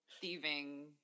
thieving